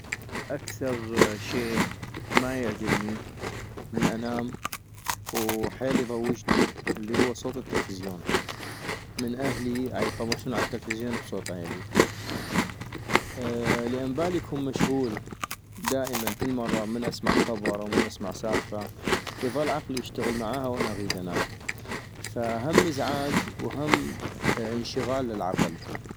اكثغ شي ما يعجبني من انام وحيل يضوجني الي هو صوت التلفزيون ، من اهلي عيطمشون عالتلفزيون بصوت عيلي - لان بالي يكون مشغول ، دائما من أسمع خبر ومن اسمع سالفة يضل عقلي يشتغل معاها وأنا اغيد انام - فهم إزعاج وهم انشغال للعقل